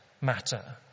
matter